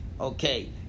Okay